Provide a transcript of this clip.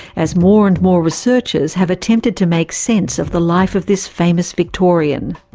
as more and more researchers have attempted to make sense of the life of this famous victorian.